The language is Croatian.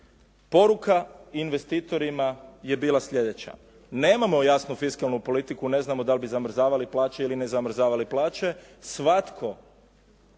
Poruka investitorima je bila sljedeća. Nemamo jasnu fiskalnu politiku, ne znamo da li bi zamrzavali plaće ili ne zamrzavali plaće.